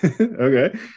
okay